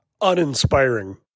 uninspiring